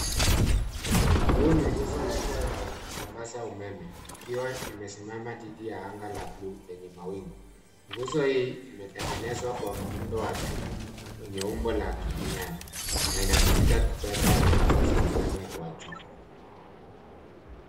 Huu ni nguzo kubwa ya kusambaza umeme ikiwa imesimama dhidi ya anga la bluu lenye mawingu. Nguzo hii imetengenezwa kwa muundo wa chuma wenye umbo la kimiani na inatumika kubeba nyaya za umeme wa juu.